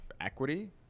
equity